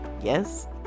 yes